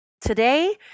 Today